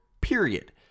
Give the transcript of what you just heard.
period